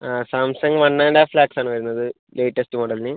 ആ Samsung one and half ആണ് വരുന്നത് ലേറ്റസ്റ്റ് മോഡൽന്